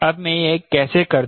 अब मैं यह कैसे करता हूं